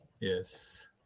Yes